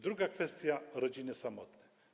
Druga kwestia to rodziny samotne.